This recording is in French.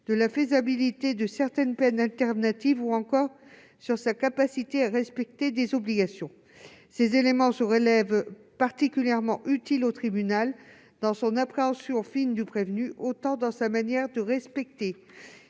à la faisabilité de certaines peines alternatives ou encore à sa capacité à respecter des obligations. Ces éléments se révèlent particulièrement utiles au tribunal dans son appréhension fine du prévenu, concernant tant la propension de ce dernier